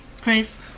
Chris